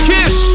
Kiss